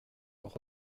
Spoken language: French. leurs